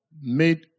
made